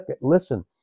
listen